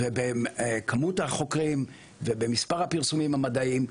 בכמות החוקרים ובמספר הפרסומים המדעיים,